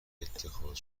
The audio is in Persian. اتخاذ